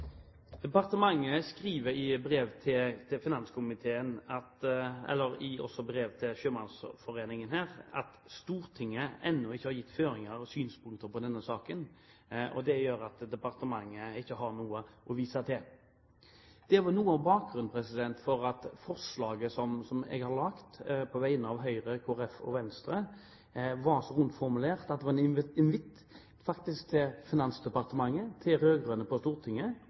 finanskomiteen og også i brev til Fellesforbundet For Sjøfolk at Stortinget ennå ikke har gitt føringer og synspunkter i denne saken, og det gjør at departementet ikke har noe å vise til. Det er noe av bakgrunnen for at forslaget som jeg har fremmet på vegne av Høyre, Kristelig Folkeparti og Venstre, er så rundt formulert at det faktisk er en invitt til Finansdepartementet og til de rød-grønne på Stortinget